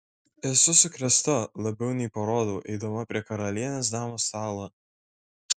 esu sukrėsta labiau nei parodau eidama prie karalienės damų stalo